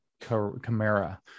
Camara